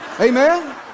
Amen